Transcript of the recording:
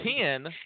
Ten